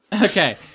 Okay